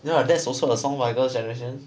you know that's also a song by girl's generation